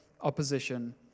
opposition